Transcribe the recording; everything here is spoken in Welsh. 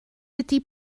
ydy